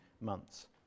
months